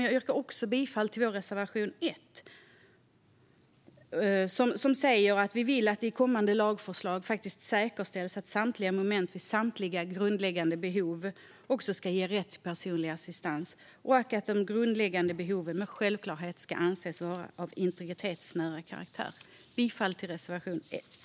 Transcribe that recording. Jag yrkar också bifall till vår reservation 1, där vi vill att det i kommande lagförslag säkerställs att samtliga moment vid samtliga grundläggande behov ska ge rätt till personlig assistans och att de grundläggande behoven med självklarhet ska anses vara av integritetsnära karaktär. Jag yrkar bifall till reservation 1.